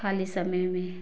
खाली समय में